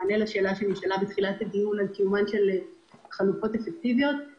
במענה לשאלה שנשאלה בתחילת הדיון לגבי קיומן של חלופות אפקטיביות,